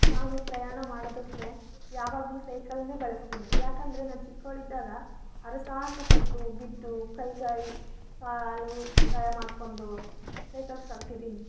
ನಾನು ಪ್ರಯಾಣ ಮಾಡೋದಕ್ಕೆ ಯಾವಾಗಲೂ ಸೈಕಲ್ನೆ ಬಳಸ್ತೀನಿ ಯಾಕೆಂದ್ರೆ ನಾನು ಚಿಕ್ಕವ್ಳಿದಾಗ ಹರಸಾಹಸ ಪಟ್ಟು ಬಿದ್ದು ಕೈ ಗಾಯ ಕಾಲು ಗಾಯ ಮಾಡ್ಕೊಂಡು ಸೈಕಲ್ ಕಲ್ತಿದ್ದೀನಿ